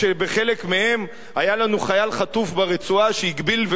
כשבחלק מהן היה לנו חייל חטוף ברצועה שהגביל,